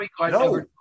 No